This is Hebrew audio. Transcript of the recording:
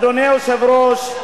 אדוני היושב-ראש,